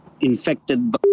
infected